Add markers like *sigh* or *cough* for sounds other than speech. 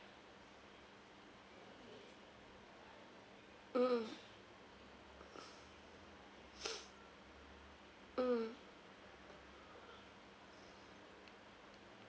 mm *breath* mm